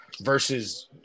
versus